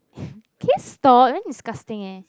can you stop damn disgusting eh